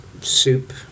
soup